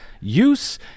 use